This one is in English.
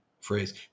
phrase